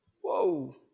Whoa